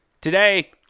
today